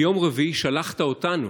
ביום רביעי שלחת אותנו,